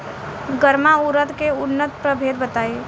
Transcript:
गर्मा उरद के उन्नत प्रभेद बताई?